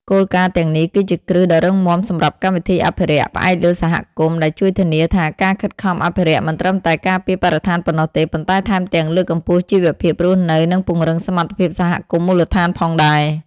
គោលការណ៍ទាំងនេះគឺជាគ្រឹះដ៏រឹងមាំសម្រាប់កម្មវិធីអភិរក្សផ្អែកលើសហគមន៍ ដែលជួយធានាថាការខិតខំអភិរក្សមិនត្រឹមតែការពារបរិស្ថានប៉ុណ្ណោះទេ ប៉ុន្តែថែមទាំងលើកកម្ពស់ជីវភាពរស់នៅ និងពង្រឹងសមត្ថភាពសហគមន៍មូលដ្ឋានផងដែរ។